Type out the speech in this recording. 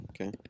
Okay